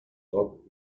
clock